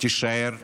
תישאר דמוקרטיה.